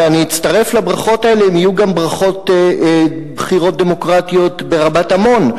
ואני אצטרף לברכות האלה אם יהיו גם בחירות דמוקרטיות ברבת-עמון,